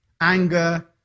anger